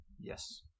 yes